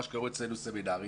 מה שקרוי אצלנו סמינרים,